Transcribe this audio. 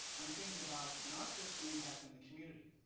i'm thinking about not just the impact on the community,